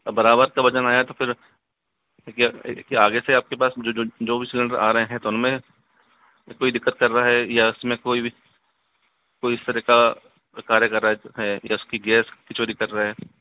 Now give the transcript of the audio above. बराबर का वजन आया तो फिर आगे से आपके पास जो जो जो भी सिलेंडर आ रहे हैं तो उनमें कोई दिक्कत कर रहा है या उसमें कोई भी कोई तरह का कार्य कर रहा है या गैस की चोरी कर रहा है